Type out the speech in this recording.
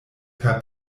per